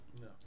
No